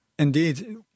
Indeed